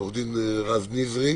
עו"ד רז נזרי,